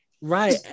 Right